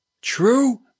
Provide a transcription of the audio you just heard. true